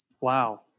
Wow